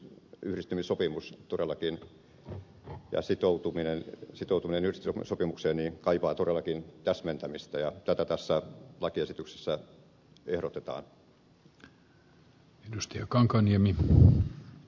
yhdistymissopimus ja sitoutuminen yhdistymissopimukseen kaipaa todellakin täsmentämistä ja tätä tässä lakiesityksessä ehdotetaan